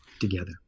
together